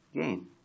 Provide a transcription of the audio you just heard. gain